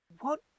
What